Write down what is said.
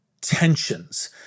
tensions